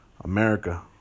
America